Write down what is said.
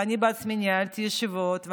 ואני בעצמי ניהלתי ישיבות,